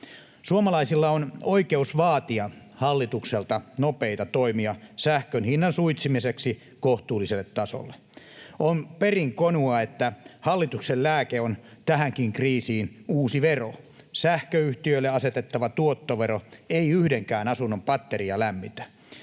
Suomalaisilla on oikeus vaatia hallitukselta nopeita toimia sähkön hinnan suitsimiseksi kohtuulliselle tasolle. On perin konua, että hallituksen lääke tähänkin kriisiin on uusi vero. Sähköyhtiöille asetettava tuottovero ei yhdenkään asunnon patteria lämmitä.